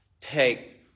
take